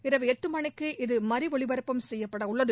இரவு எட்டு மணிக்கு இது மறு ஒலிபரப்பும் செய்யப்படவுள்ளது